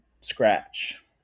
scratch